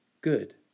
good